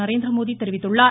நரேந்திரமோடி தெரிவித்துள்ளார்